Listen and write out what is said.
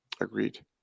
agreed